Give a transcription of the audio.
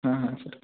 हां हां सर